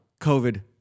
COVID